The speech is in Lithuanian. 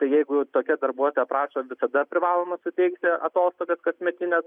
tai jeigu tokia darbuotoja prašo tada privaloma suteikti atostogas kasmetines